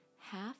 half